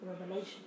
Revelation